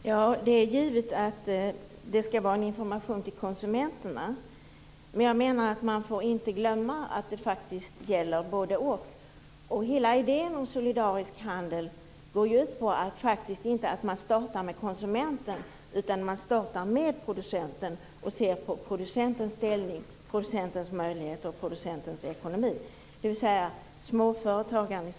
Herr talman! Det är givet att det skall vara en information till konsumenterna, men jag menar att man inte får glömma att det faktiskt gäller både konsumenter och producenter. Idén om en solidarisk handel går ju faktiskt inte ut på att man startar med konsumenten, utan man startat med producenten - det handlar i det här sammanhanget om småföretagare - och ser på producentens ställning, möjligheter och ekonomi.